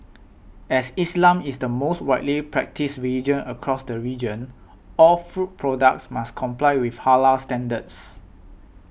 as Islam is the most widely practised religion across the region all food products must comply with Halal standards